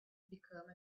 become